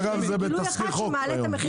לאיזה גילוי אחד שמעלה את המחיר,